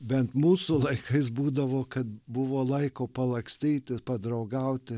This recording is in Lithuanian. bent mūsų laikais būdavo kad buvo laiko palakstyti padraugauti